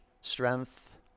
strength